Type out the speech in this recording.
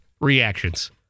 reactions